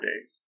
days